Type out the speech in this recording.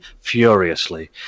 furiously